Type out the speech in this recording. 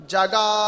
Jaga